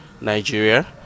Nigeria